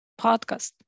podcast